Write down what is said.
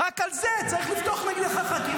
רק על זה צריך לפתוח נגדך חקירה.